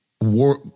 War